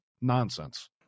nonsense